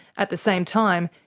at the same time,